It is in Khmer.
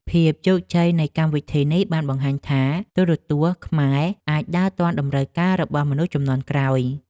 ភាពជោគជ័យនៃកម្មវិធីនេះបានបង្ហាញថា ទូរទស្សន៍ខ្មែរអាចដើរទាន់តម្រូវការរបស់មនុស្សជំនាន់ក្រោយ។